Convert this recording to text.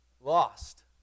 lost